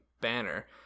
banner